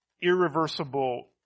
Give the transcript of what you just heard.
irreversible